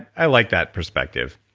i like that perspective.